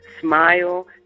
smile